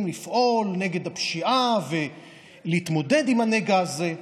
לפעול נגד הפשיעה ולהתמודד עם הנגע הזה.